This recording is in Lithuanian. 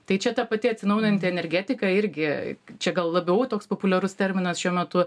tai čia ta pati atsinaujinanti energetika irgi čia gal labiau toks populiarus terminas šiuo metu